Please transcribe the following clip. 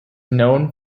known